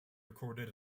recorded